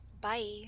Bye